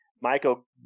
Michael